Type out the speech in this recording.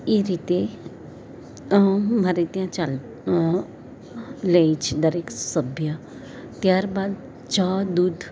એ રીતે આ રીતે ચાલે લઈ જ દરેક સભ્ય ત્યારબાદ ચા દૂધ